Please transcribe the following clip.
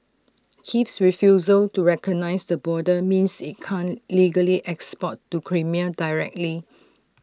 Kiev's refusal to recognise the border means IT can't legally export to Crimea directly